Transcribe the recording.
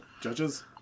Judges